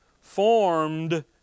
Formed